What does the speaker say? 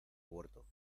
huerto